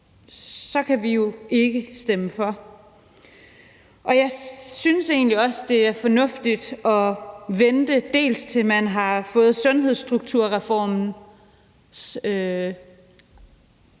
så kan vi jo ikke stemme for det. Jeg synes egentlig også, det er fornuftigt at vente, dels til man har fået det færdige